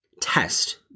Test